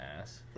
ass